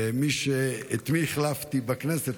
ואת מי החלפתי בכנסת?